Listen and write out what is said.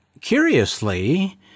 curiously